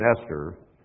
Esther